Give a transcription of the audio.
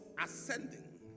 ascending